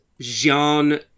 Jean